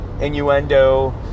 innuendo